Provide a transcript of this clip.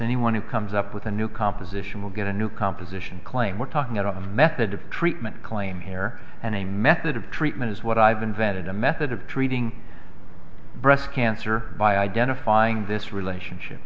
anyone who comes up with a new composition will get a new composition claim we're talking about a method of treatment claim here and a method of treatment is what i've invented a method of treating breast cancer by identifying this relationship